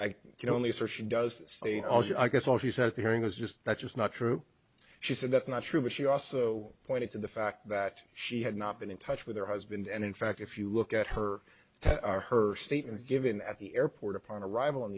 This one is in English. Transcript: i can only search and does say also i guess all she said at the hearing was just that's just not true she said that's not true but she also pointed to the fact that she had not been in touch with her husband and in fact if you look at her her statements given at the airport upon arrival in